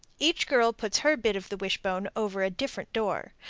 each girl puts her bit of the wishbone over a different door.